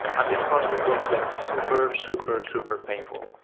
and this process was like super, super, super painful.